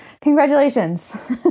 congratulations